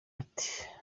ati